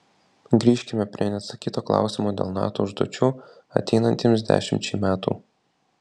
grįžkime prie neatsakyto klausimo dėl nato užduočių ateinantiems dešimčiai metų